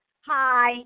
Hi